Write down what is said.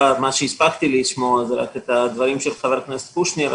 הספקתי לשמוע רק את הדברים של חבר הכנסת קושניר.